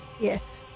Yes